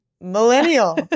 Millennial